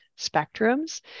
spectrums